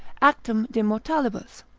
actum de mortalibus,